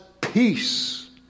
peace